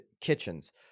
kitchens